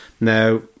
now